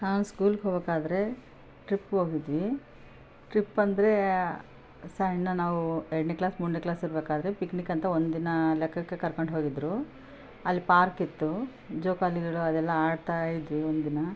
ಹಾಗೆ ಸ್ಕೂಲ್ಗೆ ಹೋಗೋಕ್ಕಾದ್ರೆ ಟ್ರಿಪ್ ಹೋಗಿದ್ವಿ ಟ್ರಿಪ್ ಅಂದರೆ ಸಣ್ಣ ನಾವು ಎರಡನೇ ಕ್ಲಾಸ್ ಮೂರನೇ ಕ್ಲಾಸ್ ಇರಬೇಕಾದರೆ ಪಿಕ್ನಿಕ್ ಅಂತ ಒಂದಿನ ಲೆಕ್ಕಕ್ಕೆ ಕರ್ಕೊಂಡು ಹೋಗಿದ್ರು ಅಲ್ಲಿ ಪಾರ್ಕ್ ಇತ್ತು ಜೋಕಾಲಿಗಳು ಅದೆಲ್ಲ ಆಡ್ತಾ ಇದ್ವಿ ಒಂದಿನ